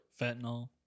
Fentanyl